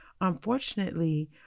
unfortunately